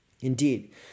Indeed